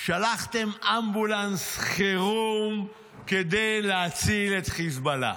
שלחתם אמבולנס חירום כדי להציל את חיזבאללה.